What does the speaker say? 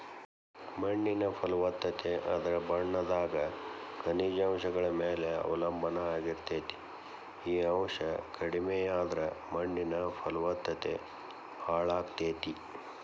ಮಣ್ಣಿನ ಫಲವತ್ತತೆ ಅದರ ಬಣ್ಣದಾಗ ಖನಿಜಾಂಶಗಳ ಮ್ಯಾಲೆ ಅವಲಂಬನಾ ಆಗಿರ್ತೇತಿ, ಈ ಅಂಶ ಕಡಿಮಿಯಾದ್ರ ಮಣ್ಣಿನ ಫಲವತ್ತತೆ ಹಾಳಾಗ್ತೇತಿ